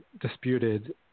disputed